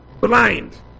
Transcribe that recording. blind